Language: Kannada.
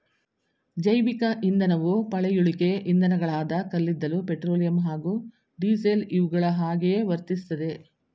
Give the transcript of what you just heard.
ಜೈವಿಕ ಇಂಧನವು ಪಳೆಯುಳಿಕೆ ಇಂಧನಗಳಾದ ಕಲ್ಲಿದ್ದಲು ಪೆಟ್ರೋಲಿಯಂ ಹಾಗೂ ಡೀಸೆಲ್ ಇವುಗಳ ಹಾಗೆಯೇ ವರ್ತಿಸ್ತದೆ